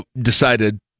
decided